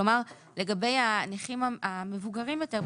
כלומר לגבי הנכים המבוגרים יותר,